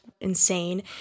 insane